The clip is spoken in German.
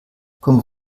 kommt